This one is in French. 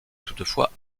toutefois